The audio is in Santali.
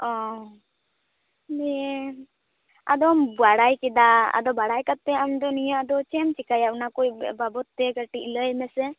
ᱳ ᱫᱤᱭᱮ ᱟᱫᱚᱢ ᱵᱟᱲᱟᱭ ᱠᱮᱫᱟ ᱟᱫᱚ ᱵᱟᱲᱟᱭ ᱠᱟᱛᱮ ᱟᱢᱫᱚ ᱱᱤᱭᱟᱹ ᱟᱫᱚ ᱪᱮᱫ ᱮᱢ ᱪᱤᱠᱟᱹᱭᱟ ᱚᱱᱟ ᱠᱚ ᱵᱟᱵᱚᱛ ᱛᱮ ᱠᱟᱹᱴᱤᱡᱽ ᱞᱟᱹᱭ ᱢᱮᱥᱮ